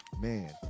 man